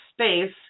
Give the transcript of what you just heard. space